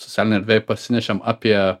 socialinėj erdvėj parsinešėm apie